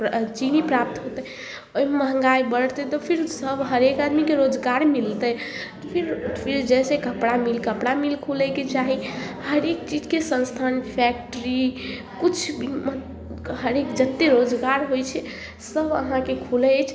चीनी प्राप्त होतै आओर महँगाई बढ़तै तऽ फिर सब हरेक आदमीके रोजगार मिलतै फिर फिर जैसे कपड़ा मिल कपड़ा मिल खुलयके चाही हरेक चीजके संस्थान फैक्ट्री किछु हरेक जत्ते रोजगार होइ छै सब अहाँके खुलै अछि